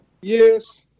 Yes